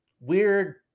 weird